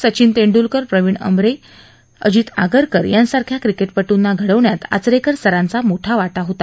सचिन तेंड्लकर प्रविण आमरे अजित आगरकर यांसारख्या क्रिकेटपटूंना घडवण्यात आचरेकर सरांचा मोठा वाटा होता